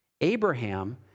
Abraham